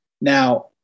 Now